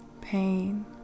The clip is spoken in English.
pain